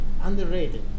underrated